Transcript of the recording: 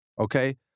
okay